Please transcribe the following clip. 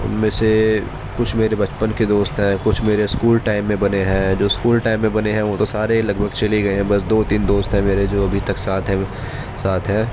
ان میں سے کچھ میرے بچپن کے دوست ہیں کچھ میرے اسکول ٹائم میں بنے ہیں جو اسکول ٹائم میں بنے ہیں وہ تو سارے لگ بھگ چلے گئے ہیں بس دو تین دوست ہیں میرے جو ابھی تک ساتھ ہیں ساتھ ہیں